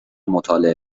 مطالعه